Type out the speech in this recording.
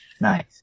Nice